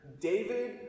David